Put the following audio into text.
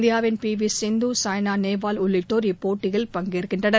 இந்தியாவின் P V Sindhu Saina Nehwal உள்ளிட்டோர் இப்போட்டியில் பங்கேற்கின்றனர்